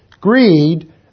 Greed